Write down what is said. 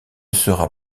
sera